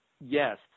yes